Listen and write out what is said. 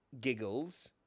giggles